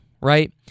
right